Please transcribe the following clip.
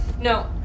No